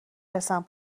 رسم